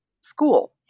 school